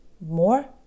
more